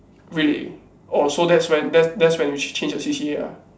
really orh so that's when that's that's when you change change your C_C_A ah